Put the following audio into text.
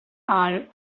are